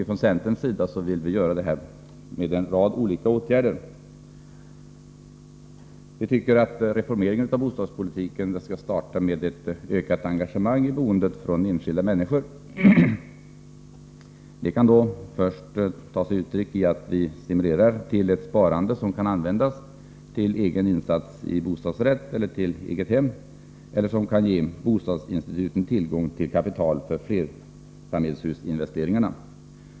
Från centerns sida vill vi göra det genom en rad olika åtgärder. Vi tycker att reformeringen av bostadspolitiken för det första skall ske genom ett ökat engagemang i boendet från enskilda människor. Detta kan starta med stimulans till sparande som kan användas till insats i bostadsrätt eller eget hem eller ge bostadsinstituten tillgång till kapital för flerfamiljshusinvesteringarna.